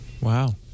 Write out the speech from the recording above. wow